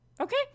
okay